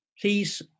please